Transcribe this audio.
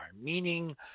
meaning